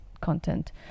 content